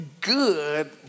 good